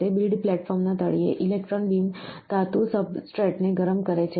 તે બિલ્ડ પ્લેટફોર્મના તળિયે ઇલેક્ટ્રોન બીમ ધાતુ સબસ્ટ્રેટને ગરમ કરે છે